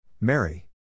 Mary